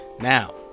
Now